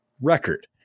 record